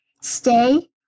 stay